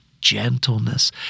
gentleness